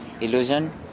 illusion